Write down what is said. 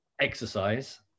exercise